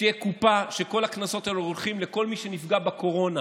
שתהיה קופה שכל הקנסות האלה הולכים ממנה לכל מי שנפגע בקורונה.